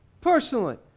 personally